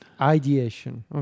Ideation